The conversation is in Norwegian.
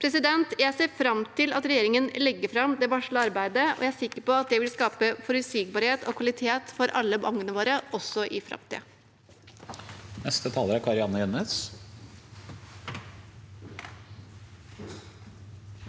Jeg ser fram til at regjeringen legger fram det varslede arbeidet, og jeg er sikker på at det vil skape forutsigbarhet og kvalitet for alle ungene våre også i framtiden.